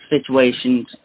situations